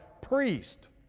priest